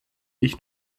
ich